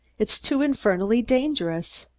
it's too infernally dangerous.